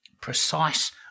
precise